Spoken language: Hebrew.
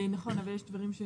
נכון, אבל יש דברים ש